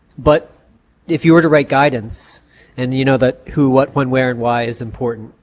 but if you were to write guidance and you know that who, what, when, where, and, why is important,